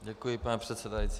Děkuji, paní předsedající.